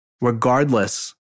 Regardless